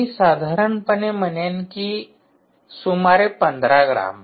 मी साधारणपणे म्हणेन की सुमारे 15 ग्रॅम